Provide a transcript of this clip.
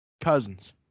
Cousins